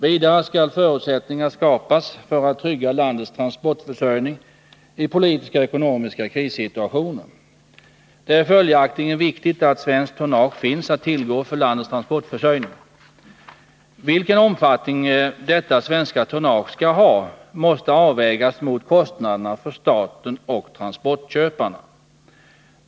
Vidare skall förutsättningar skapas för att trygga landets transportförsörjning i politiska och ekonomiska krissituationer. Det är följaktligen viktigt att svenskt tonnage finns att tillgå för landets transportförsörjning. Vilken omfattning detta svenska tonnage skall ha måste avvägas mot kostnaderna för staten och transportköparna.